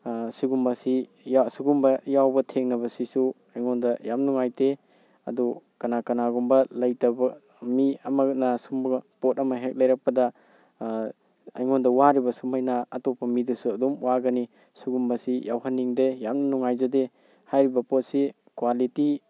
ꯁꯤꯒꯨꯝꯕꯁꯤ ꯁꯤꯒꯨꯝꯕ ꯌꯥꯎꯕ ꯊꯦꯡꯅꯕꯁꯤꯁꯨ ꯑꯩꯉꯣꯟꯗ ꯌꯥꯝ ꯅꯨꯡꯉꯥꯏꯇꯦ ꯑꯗꯨ ꯀꯅꯥ ꯀꯅꯥꯒꯨꯝꯕ ꯂꯩꯇꯕ ꯃꯤ ꯑꯃꯅ ꯁꯨꯝꯕ ꯄꯣꯠ ꯑꯃ ꯍꯦꯛ ꯂꯩꯔꯛꯄꯗ ꯑꯩꯉꯣꯟꯗ ꯋꯥꯔꯤꯕ ꯁꯨꯃꯥꯏꯅ ꯑꯇꯣꯞꯄ ꯃꯤꯗꯁꯨ ꯑꯗꯨꯝ ꯋꯥꯒꯅꯤ ꯁꯤꯒꯨꯝꯕꯁꯤ ꯌꯥꯎꯍꯟꯅꯤꯡꯗꯦ ꯌꯥꯝꯅ ꯅꯨꯡꯉꯥꯏꯖꯗꯦ ꯍꯥꯏꯔꯤꯕ ꯄꯣꯠꯁꯤ ꯀ꯭ꯋꯥꯂꯤꯇꯤ